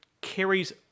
carries